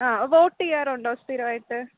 ആ വോട്ട് ചെയ്യാറുണ്ടോ സ്ഥിരമായിട്ട്